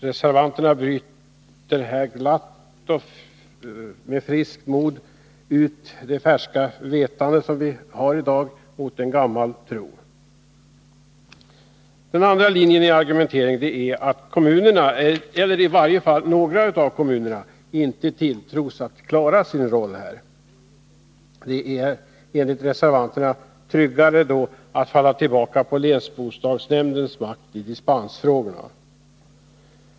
Reservanterna byter här glatt ut färskt vetande mot gammal tro. Den andra linjen i argumenteringen är att kommunerna, eller i varje fall några av dem, inte tilltros att klara sin roll. Det är enligt reservanterna tryggare att falla tillbaka på länsbostadsnämndens makt i dispensfrågorna.